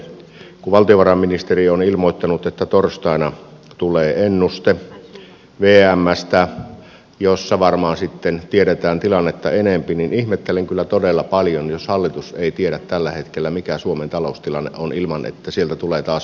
kun valtiovarainministeri on ilmoittanut että torstaina tulee ennuste vmstä jossa varmaan sitten tiedetään tilannetta enempi niin ihmettelen kyllä todella paljon jos hallitus ei tiedä tällä hetkellä mikä suomen taloustilanne on ilman että sieltä tulee taas uusi ennuste